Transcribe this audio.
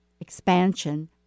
expansion